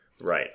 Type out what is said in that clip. right